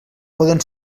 poden